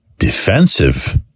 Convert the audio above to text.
defensive